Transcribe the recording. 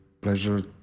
pleasure